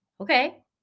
Okay